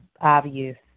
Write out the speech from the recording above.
obvious